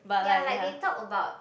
ya like they talk about